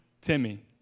Timmy